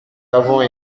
avons